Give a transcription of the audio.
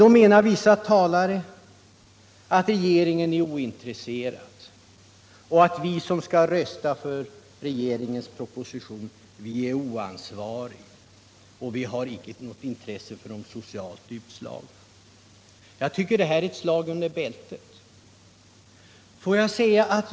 Då menar vissa talare att regeringen är ointresserad och att vi som ämnar rösta på regeringsförslaget är oansvariga och utan intresse för de socialt utslagna. Jag tycker att det här är ett slag under bältet.